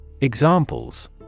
Examples